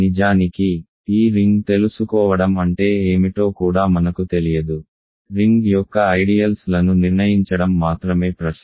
నిజానికి ఈ రింగ్ తెలుసుకోవడం అంటే ఏమిటో కూడా మనకు తెలియదు రింగ్ యొక్క ఐడియల్స్ లను నిర్ణయించడం మాత్రమే ప్రశ్న